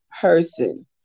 person